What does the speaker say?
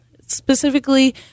specifically